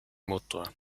motor